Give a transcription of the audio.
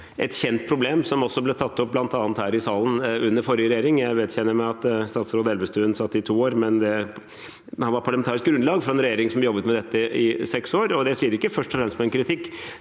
et kjent problem som også ble tatt opp, bl.a. her i salen, under forrige regjering. Jeg vedkjenner meg at statsråd Elvestuen satt i to år, men han var med som parlamentarisk grunnlag for en regjering som jobbet med dette i seks år. Det sier jeg ikke først og fremst som en kritikk,